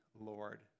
Lord